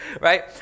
right